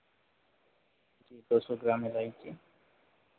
दो सौ ग्राम इलायची